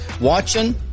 watching